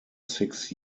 six